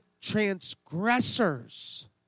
transgressors